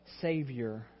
Savior